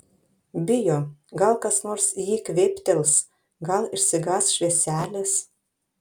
bijo gal kas nors į jį kvėptels gal išsigąs švieselės